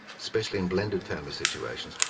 especially in blended family situations,